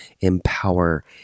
empower